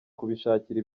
kubishakira